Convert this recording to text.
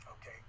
Okay